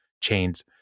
chains